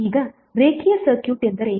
ಈಗ ರೇಖೀಯ ಸರ್ಕ್ಯೂಟ್ ಎಂದರೇನು